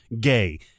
gay